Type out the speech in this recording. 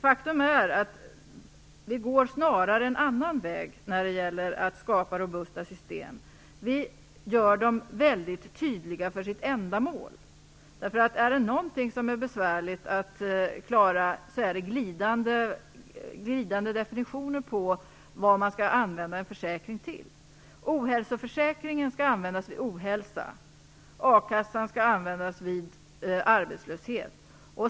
Faktum är att vi snarare går en annan väg när det gäller att skapa robusta system. Vi gör dem väldigt tydliga för sitt ändamål. Är det någonting som är besvärligt att klara är det glidande definitioner på vad man skall använda en försäkring till. Ohälsoförsäkringen skall användas vid ohälsa, akassa vid arbetslöshet.